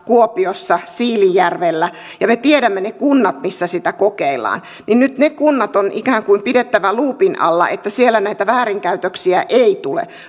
kuopiossa siilinjärvellä ja me tiedämme ne kunnat missä sitä kokeillaan niin nyt ne kunnat on ikään kuin pidettävä luupin alla että siellä näitä väärinkäytöksiä ei tule